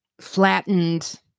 flattened